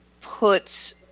puts